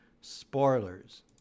spoilers